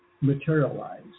materialize